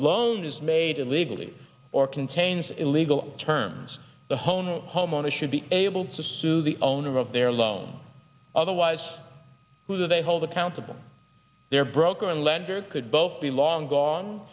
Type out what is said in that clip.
loan is made illegally or contains illegal terms the hone homeowner should be able to sue the owner of their loan otherwise who they hold accountable their broker and lender could both be long gone